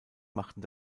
machten